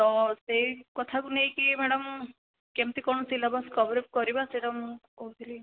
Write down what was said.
ତ ସେଇ କଥାକୁ ନେଇକି ମ୍ୟାଡ଼ମ କେମିତି କଣ ସିଲାବସ କଭରେଜ କରିବା ସେଇଟା ମୁଁ କହୁଥିଲି